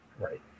right